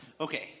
Okay